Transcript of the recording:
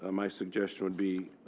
ah my suggestion would be,